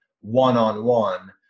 one-on-one